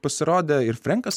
pasirodė ir frenkas